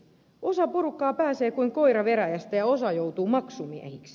osa porukkaa pääsee kuin koira veräjästä ja osa joutuu maksumiehiksi